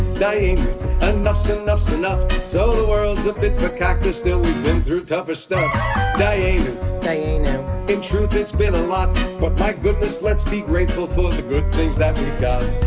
dayenu enough's enough's enough so the world's a bit fakakta still we've been through tougher stuff dayenu dayenu in truth it's been a lot but my goodness let's be grateful for the good things that we've